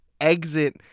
exit